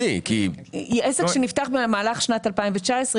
עסק שנפתח במהלך שנת 2019,